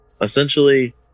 essentially